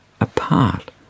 apart